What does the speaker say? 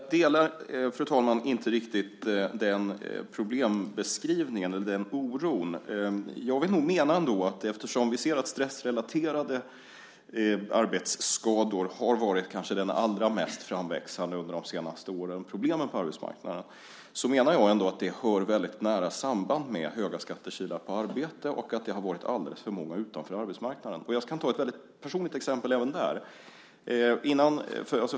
Fru talman! Jag delar inte riktigt den problembeskrivningen eller den oron. Vi ser att stressrelaterade arbetsskador har varit de kanske allra mest framväxande problemen på arbetsmarknaden under de senaste åren. Jag menar att det hör väldigt nära samman med höga skattekilar på arbete och att det har varit alldeles för många utanför arbetsmarknaden. Jag kan ta ett personligt exempel även där.